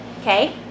Okay